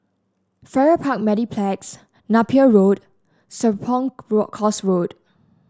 Farrer Park Mediplex Napier Road Serapong Course Road